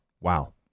Wow